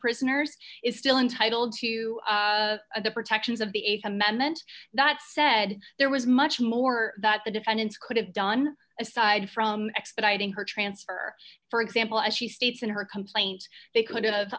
prisoners is still entitled to the protections of the th amendment that said there was much more that the defendants could have done aside from expediting her transfer for example as she states in her complaint they could